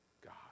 God